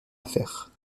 affaire